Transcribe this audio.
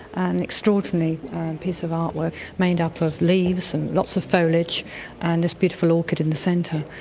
an extraordinary piece of artwork made up of leaves and lots of foliage and this beautiful orchid in the centre,